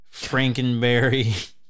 Frankenberry